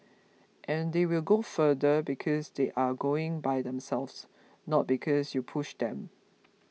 and they will go further because they are going by themselves not because you pushed them